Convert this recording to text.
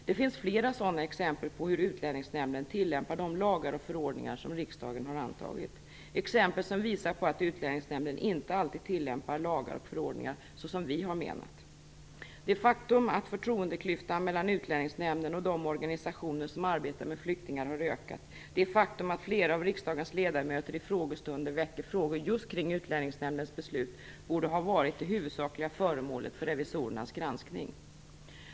Det finns fler sådana exempel på hur Utlänningsnämnden tillämpar de lagar och förordningar som riksdagen har antagit, exempel som visar på att Utlänningsnämnden inte alltid tillämpar lagar och förordningar så som vi har menat. Det faktum att förtroendeklyftan mellan Utlänningsnämnden och de organisationer som arbetar med flyktingar har ökat, det faktum att flera av riksdagens ledamöter i frågestunder ställer frågor just kring Utlänningsnämndens beslut, borde varit det huvudsakliga föremålet för revisorernas granskning.